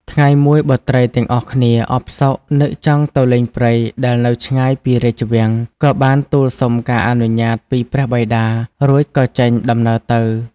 ថ្ងៃមួយបុត្រីទាំងអស់គ្នាអផ្សុកនឹកចង់ទៅលេងព្រៃដែលនៅឆ្ងាយពីរាជវាំង ក៏បានទូលសុំការអនុញ្ញាតពីព្រះបិតា រួចក៏ចេញដំណើរទៅ។